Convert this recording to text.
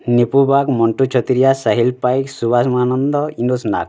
Nipu Bag Mantu Chhatria Sahil Paik Subash Mahanand Enos Nath